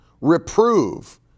reprove